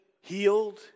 healed